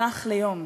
אזרח ליום,